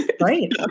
Right